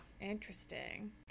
Interesting